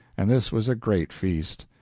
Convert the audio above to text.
and this was a great feast.